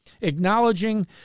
acknowledging